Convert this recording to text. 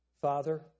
Father